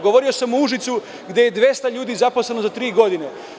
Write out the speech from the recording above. Govorio sam o Užicu gde je 200 ljudi zaposleno za tri godine.